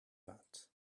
that